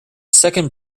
second